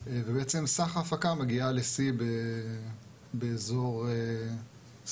ובעצם סך ההפקה מגיעה לשיא באזור 2027,